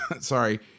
Sorry